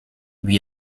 wie